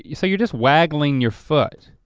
yeah so you're just waggling your foot.